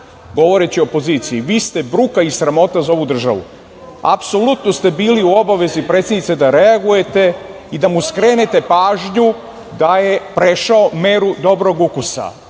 govoreći opoziciji – vi ste bruka i sramota za ovu državu. Apsolutno ste bili u obavezi, predsednice, da reagujete i da mu skrenete pažnju da je prešao meru dobrog ukusa. Ja